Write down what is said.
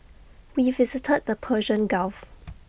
we visited the Persian gulf